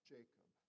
Jacob